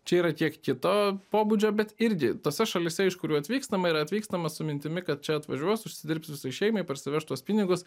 čia yra kiek kito pobūdžio bet irgi tose šalyse iš kurių atvykstama yra atvykstama su mintimi kad čia atvažiuos užsidirbs visai šeimai parsiveš tuos pinigus